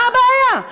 מה הבעיה?